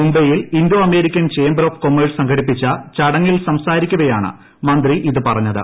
മുംബൈയിൽ Indo American chamber of commerce സംഘടിപ്പിച്ച ചടങ്ങിൽ സംസാരിക്കവേയാണ് മന്ത്രി ഇതു പറഞ്ഞത്